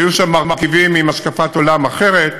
שהיו שם מרכיבים עם השקפת עולם אחרת.